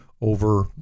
over